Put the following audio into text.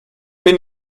bin